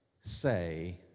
say